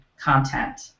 content